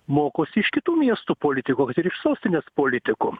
mokosi iš kitų miestų politikų ir iš sostinės politikų